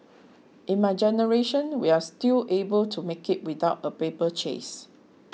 in my generation we are still able to make it without a paper chase